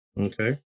Okay